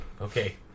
okay